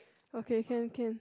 okay can can